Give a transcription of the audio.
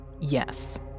yes